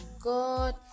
God